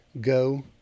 Go